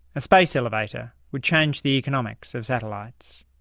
a space elevator would change the economics of satellites.